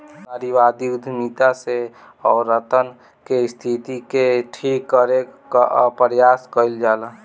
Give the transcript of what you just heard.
नारीवादी उद्यमिता से औरतन के स्थिति के ठीक करे कअ प्रयास कईल जाला